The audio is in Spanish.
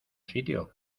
sitio